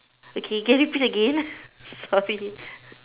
okay can you repeat again sorry